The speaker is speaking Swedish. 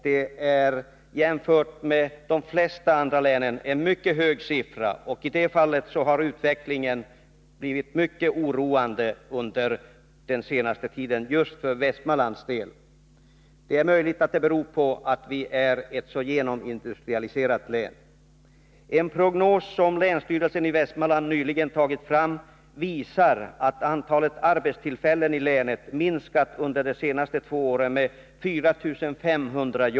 Det är jämfört med siffran för de flesta andra län en mycket hög siffra. I det fallet har utvecklingen blivit mycket oroande under den senaste tiden just för Västmanlands del. Det är möjligt att detta beror på att Västmanlands län är ett så genomindustrialiserat län. En prognos som länsstyrelsen i Västmanland nyligen tagit fram visar att antalet arbetstillfällen i länet minskat under de senaste två åren med 4 500.